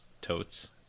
Totes